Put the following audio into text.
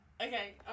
Okay